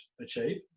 achieve